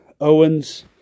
Owens